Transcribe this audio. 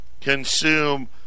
consume